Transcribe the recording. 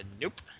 nope